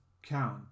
Count